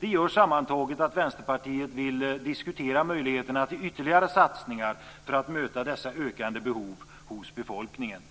Det gör sammantaget att Vänsterpartiet vill diskutera möjligheterna till ytterligare satsningar för att möta dessa ökande behov hos befolkningen.